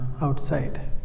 outside